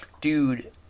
dude